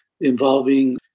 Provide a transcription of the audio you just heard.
involving